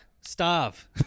Starve